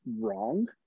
wrong